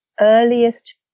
earliest